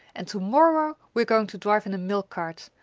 and to-morrow we are going to drive in the milk cart!